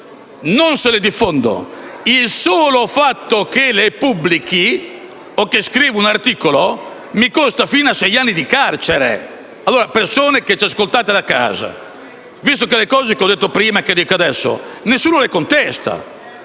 che io le diffonda; il solo fatto che io le pubblichi o che scriva un articolo mi costa fino a sei anni di carcere. Persone che ci ascoltate da casa, le cose che ho detto prima e che dico adesso nessuno le contesta.